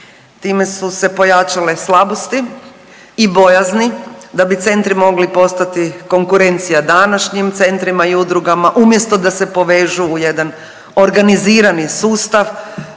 time su se pojačale slabosti i bojazni da bi centri mogli postati konkurencija današnjim centrima i udrugama umjesto da se povežu u jedan organizirani sustav,